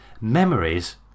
Memories